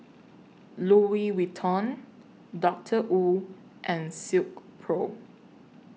Louis Vuitton Doctor Wu and Silkpro